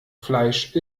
fleisch